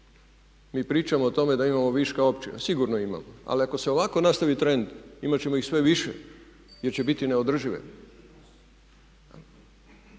Mi pričamo o tome da imamo viška opcija, sigurno imamo. Ali ako se ovako nastavi trend imat ćemo ih sve više jer će biti neodržive.